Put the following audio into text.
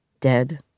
dead